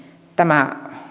tämä